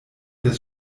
des